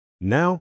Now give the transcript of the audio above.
Now